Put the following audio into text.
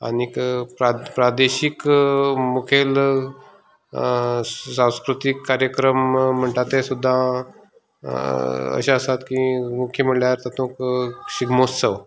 आनीक प्रादे प्रादेशीक मुखेल सांस्कृतीक कार्यक्रम म्हणटा ते सुद्दा अशे आसात की मुख्य म्हळ्यार तातूंक शिगमोत्सव